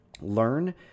learn